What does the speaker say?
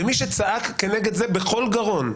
ומי שצעק כנגד זה בכל גרון,